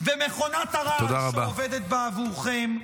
ומכונת הרעל שעובדת בעבורכם.